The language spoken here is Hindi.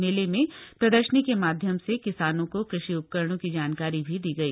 मेले में प्रदर्शनी के माध्यम से किसानों के कृषि उपकरणों की जानकारी भी दी गई